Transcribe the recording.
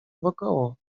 wokoło